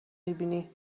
میبینی